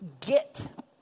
get